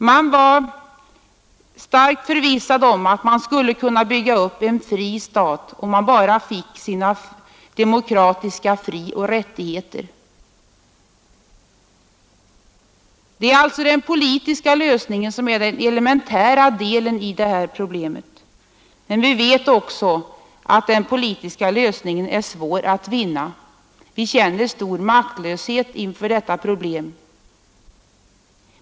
De var starkt förvissade om att man skulle kunna bygga upp en fri stat om man bara fick sina demokratiska frioch rättigheter. Det är alltså den politiska lösningen som är den elementära delen i problemet. Men vi vet också att den politiska lösningen är svår att vinna, och vi känner stor maktlöshet inför situationen.